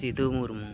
Sidhu Murmu